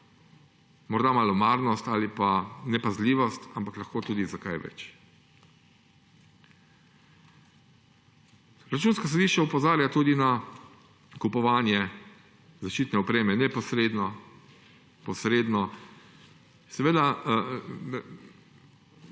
malomarnost ali pa nepazljivost, ampak lahko tudi za kaj več. Računsko sodišče opozarja tudi na kupovanje zaščitne opreme neposredno, posredno. V tem